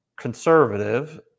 conservative